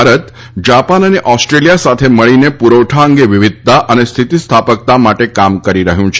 Bharat Japan તથા Australia સાથે મળીને પુરવઠા અંગે વિવિધતા અને સ્થિતિસ્થાપકતા માટે કામ કરી રહ્યું છે